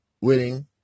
winning